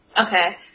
Okay